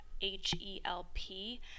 h-e-l-p